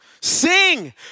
sing